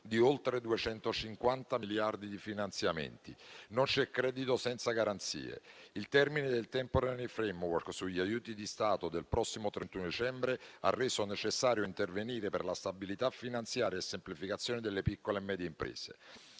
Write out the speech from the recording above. di oltre 250 miliardi di finanziamenti. Non c'è credito senza garanzie. Il termine del *temporary framework* sugli aiuti di Stato del prossimo 31 dicembre ha reso necessario intervenire per la stabilità finanziaria e semplificazione delle piccole e medie imprese.